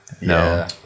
No